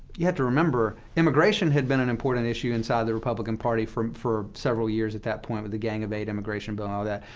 you have to remember, immigration had been an important issue inside the republican party for for several years at that point, with the gang of eight immigration bill and all that.